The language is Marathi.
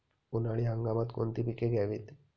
उन्हाळी हंगामात कोणती पिके घ्यावीत?